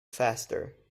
faster